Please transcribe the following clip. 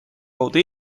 kaudu